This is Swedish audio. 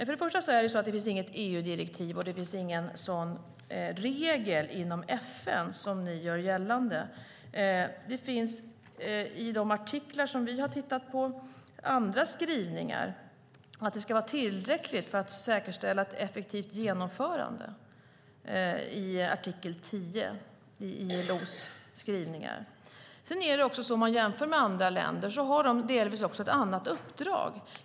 Först och främst finns det inget EU-direktiv eller någon sådan regel inom FN som ni gör gällande. Det finns i de artiklar som vi har tittat på andra skrivningar om att det ska vara tillräckligt för att säkerställa ett effektivt genomförande, till exempel i artikel 10 i ILO:s skrivningar. När man jämför med andra länder måste man tänka på att de har delvis ett annat uppdrag.